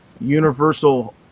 Universal